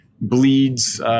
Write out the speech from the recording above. bleeds